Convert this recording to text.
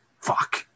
fuck